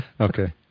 Okay